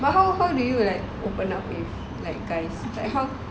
but how how do you like open up with like guys like how